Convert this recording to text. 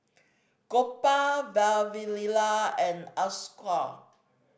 Gopal Vavilala and Ashoka